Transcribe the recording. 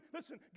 Listen